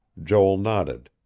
joel nodded.